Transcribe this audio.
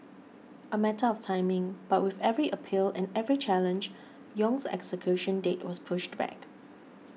a matter of timing but with every appeal and every challenge Yong's execution date was pushed back